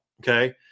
Okay